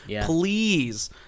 please